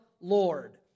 Lord